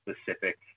specific